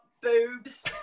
boobs